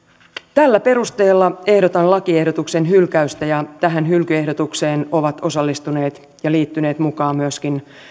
tällä perusteella ehdotan lakiehdotuksen hylkäystä ja tähän hylkyehdotukseen ovat osallistuneet ja liittyneet mukaan myöskin